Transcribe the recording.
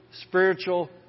spiritual